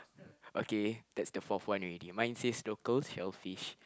okay that's the fourth one already mine says local shellfish